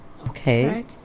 Okay